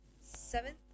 seventh